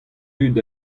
dud